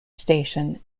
station